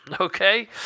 Okay